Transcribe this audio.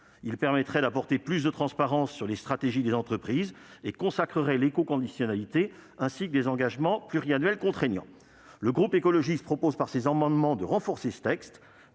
Il permettrait d'apporter plus de transparence sur les stratégies des entreprises et consacrerait l'écoconditionnalité, ainsi que des engagements pluriannuels contraignants. Le groupe écologiste proposera de renforcer ce texte